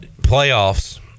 playoffs